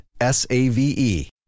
S-A-V-E